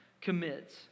commits